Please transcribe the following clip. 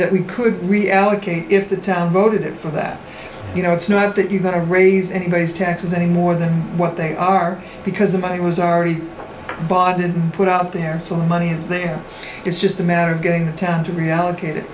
that we could reallocate if the town voted it for that you know it's not that you've got to raise anybody's taxes any more than what they are because i'm i was already bought and put out there so money is there it's just a matter of getting the town to reallocate it